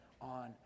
on